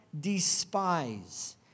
despise